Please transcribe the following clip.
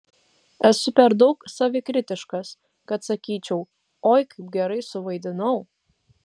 esu per daug savikritiškas kad sakyčiau oi kaip gerai suvaidinau